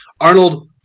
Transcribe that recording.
Arnold